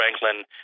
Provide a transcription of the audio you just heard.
Franklin